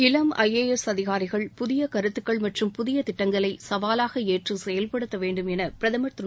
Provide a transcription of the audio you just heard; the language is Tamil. இளம் ஐஏஎஸ் அதிகாரிகள் புதிய கருத்துக்கள் மற்றும் புதிய திட்டங்களை கவாலாக ஏற்று செயல்படுத்த வேண்டும் என பிரதமர் திரு